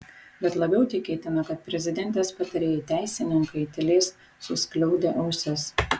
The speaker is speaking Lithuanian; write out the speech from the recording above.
bet labiau tikėtina kad prezidentės patarėjai teisininkai tylės suskliaudę ausis